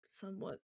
somewhat